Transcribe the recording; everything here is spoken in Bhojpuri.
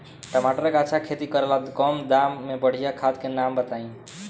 टमाटर के अच्छा खेती करेला कम दाम मे बढ़िया खाद के नाम बताई?